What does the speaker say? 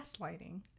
gaslighting